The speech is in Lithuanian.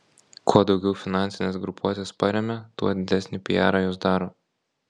kuo daugiau finansines grupuotes paremia tuo didesnį pijarą jos daro